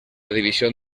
división